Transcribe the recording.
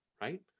right